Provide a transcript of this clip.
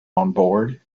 onboard